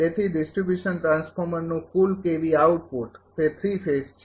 તેથી ડિસ્ટ્રિબ્યુશન ટ્રાન્સફોર્મરનું કુલ kVA આઉટપુટ તે ૩ ફેઝ છે